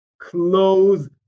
Close